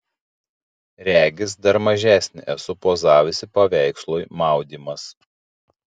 regis dar mažesnė esu pozavusi paveikslui maudymas